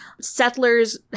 Settlers